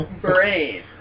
Brain